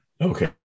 Okay